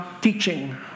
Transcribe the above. teaching